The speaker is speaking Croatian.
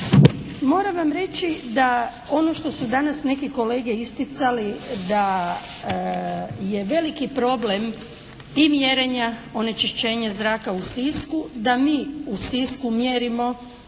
Moram vam reći da ono što su danas neki kolege isticali da je veliki problem i mjerenja onečišćenja zraka u Sisku da mi u Sisku mjerimo